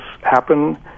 happen